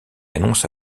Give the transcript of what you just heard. annonce